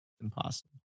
Impossible